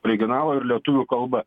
originalo ir lietuvių kalba